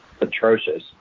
atrocious